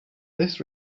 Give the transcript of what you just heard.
this